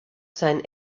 sein